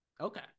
Okay